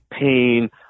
pain